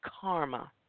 karma